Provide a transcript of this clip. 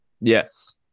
Yes